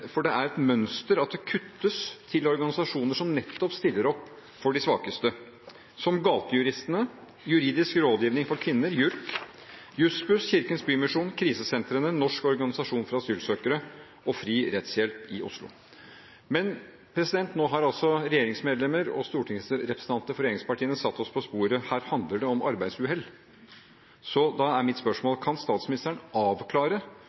for det er et mønster at det kuttes til organisasjoner som nettopp stiller opp for de svakeste, som Gatejuristen, Juridisk rådgivning for kvinner, JURK, Jussbuss, Kirkens Bymisjon, krisesentrene, Norsk Organisasjon for Asylsøkere og Fri rettshjelp i Oslo. Men nå har altså regjeringsmedlemmer og stortingsrepresentanter fra regjeringspartiene satt oss på sporet: Her handler det om arbeidsuhell. Da er mitt spørsmål: Kan statsministeren avklare